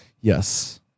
Yes